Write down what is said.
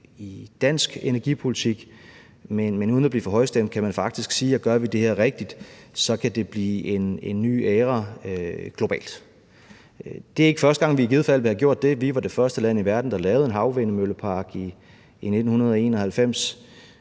i dansk energipolitik. Uden at blive for højstemt kan man faktisk sige, at gør vi det her rigtigt, kan det blive en ny æra globalt. Det er ikke første gang, vi i givet fald vil have gjort det; vi var det første land i verden, der lavede en havvindmøllepark, i 1991.